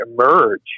emerge